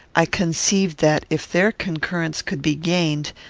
i conceived that, if their concurrence could be gained,